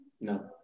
No